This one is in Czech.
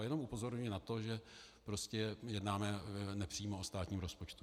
Jenom upozorňuji na to, že prostě jednáme nepřímo o státním rozpočtu.